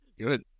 Good